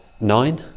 nine